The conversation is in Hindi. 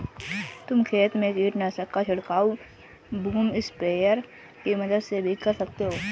तुम खेत में कीटनाशक का छिड़काव बूम स्प्रेयर की मदद से भी कर सकते हो